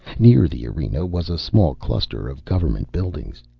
near the arena was a small cluster of government buildings.